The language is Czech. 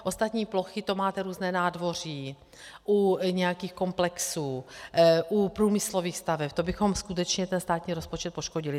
Ostatní plochy, to máte různá nádvoří u nějakých komplexů, u průmyslových staveb, to bychom skutečně státní rozpočet poškodili.